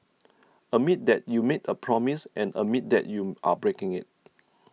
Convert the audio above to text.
admit that you made a promise and admit that you are breaking it